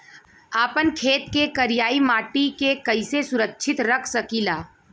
आपन खेत के करियाई माटी के कइसे सुरक्षित रख सकी ला?